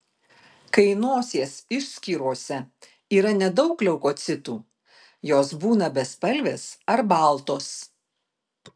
kai nosies išskyrose yra nedaug leukocitų jos būna bespalvės ar baltos